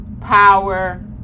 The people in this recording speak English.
power